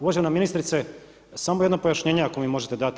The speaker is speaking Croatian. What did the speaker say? Uvažena ministrice, samo jedno pojašnjenje ako mi možete dati.